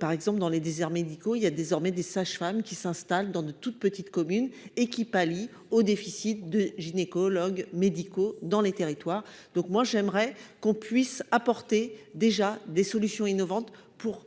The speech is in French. par exemple dans les déserts médicaux, il y a désormais des sages-femmes qui s'installe dans de toutes petites communes et qui pallie au déficit de gynécologues médicaux dans les territoires, donc moi j'aimerais qu'on puisse apporter déjà des solutions innovantes pour essayer